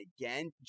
again